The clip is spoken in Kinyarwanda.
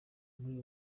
muri